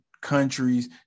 countries